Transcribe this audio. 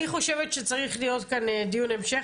אני חושבת שצריך להיות כאן דיון המשך